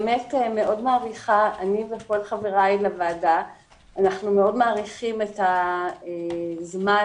אני וכל חבריי לוועדה מאוד מעריכים את הזמן